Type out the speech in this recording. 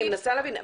אני מנסה להבין,